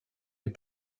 est